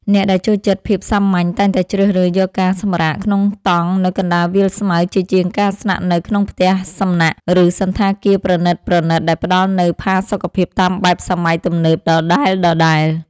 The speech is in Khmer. អ្នកដែលចូលចិត្តភាពសាមញ្ញតែងតែជ្រើសរើសយកការសម្រាកក្នុងតង់នៅកណ្ដាលវាលស្មៅជាជាងការស្នាក់នៅក្នុងផ្ទះសំណាក់ ឬ សណ្ឋាគារប្រណីតៗដែលផ្តល់នូវផាសុកភាពតាមបែបសម័យទំនើបដដែលៗ។